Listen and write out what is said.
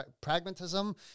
pragmatism